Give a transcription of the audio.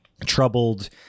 troubled